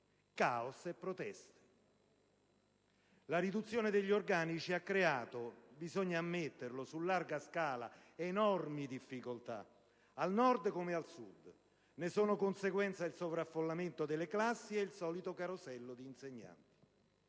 caos e proteste. La riduzione degli organici ha creato - bisogna ammetterlo - enormi difficoltà su larga scala, al Nord come al Sud. Ne sono conseguenza il sovraffollamento delle classi e il solito carosello di insegnanti.